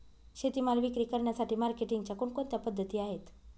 शेतीमाल विक्री करण्यासाठी मार्केटिंगच्या कोणकोणत्या पद्धती आहेत?